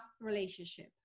relationship